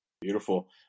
Beautiful